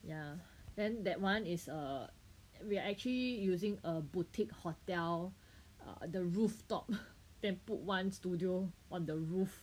ya then that one is err we are actually using a boutique hotel err the rooftop then put one studio on the roof